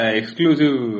exclusive